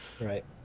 Right